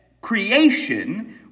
creation